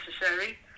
necessary